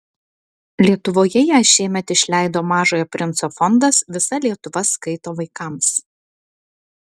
lietuvoje ją šiemet išleido mažojo princo fondas visa lietuva skaito vaikams